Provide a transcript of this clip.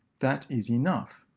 that is enough.